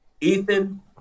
Ethan